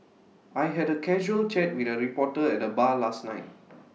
I had A casual chat with A reporter at the bar last night